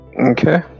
Okay